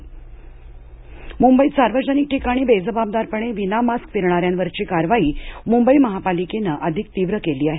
कारवाई मंबई पर्व मुंबईत सार्वजनिक ठिकाणी बेजबाबदारपणे विनामास्क फिरणाऱ्यांवरची कारवाई मुंबई महापालिकेनं अधिक तीव्र केली आहे